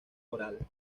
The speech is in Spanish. oral